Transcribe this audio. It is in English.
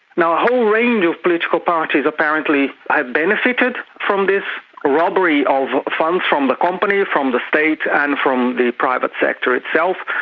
whole range of political parties apparently have benefited from this robbery of funds from the company, from the state and from the private sector itself.